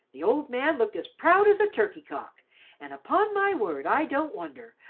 the old man looked as proud as a turkey-cock and upon my word i don't wonder,